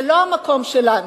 זה לא המקום שלנו,